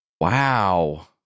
Wow